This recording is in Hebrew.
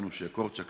יאנוש קורצ'אק.